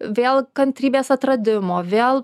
vėl kantrybės atradimo vėl